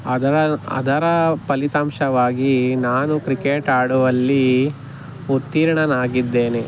ಅದರ ಅದರ ಫಲಿತಾಂಶವಾಗಿ ನಾನು ಕ್ರಿಕೆಟ್ ಆಡುವಲ್ಲಿ ಉತ್ತೀರ್ಣನಾಗಿದ್ದೇನೆ